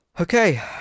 Okay